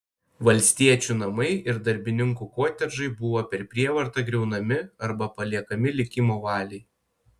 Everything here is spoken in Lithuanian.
valstiečių namai ir darbininkų kotedžai buvo per prievartą griaunami arba paliekami likimo valiai